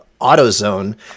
AutoZone